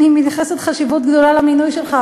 אני מייחסת חשיבות גדולה למינוי שלך,